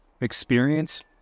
experience